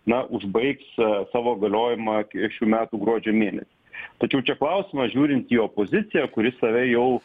na užbaigs savo galiojimą šių metų gruodžio mėnesį tačiau čia klausimas žiūrint į opoziciją kuri save jau